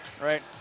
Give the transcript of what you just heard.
right